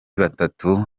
batatu